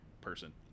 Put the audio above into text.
person